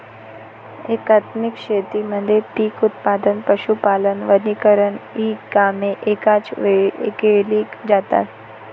एकात्मिक शेतीमध्ये पीक उत्पादन, पशुपालन, वनीकरण इ कामे एकाच वेळी केली जातात